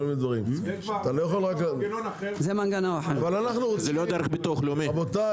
כל מיני דברים- -- זה לא דרך ביטוח לאומי.